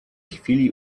chwili